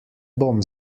bom